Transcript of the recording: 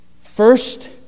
First